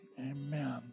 Amen